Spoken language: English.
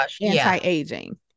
anti-aging